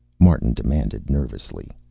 martin demanded nervously.